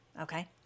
Okay